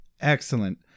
Excellent